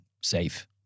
safe